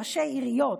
ראשי עיריות,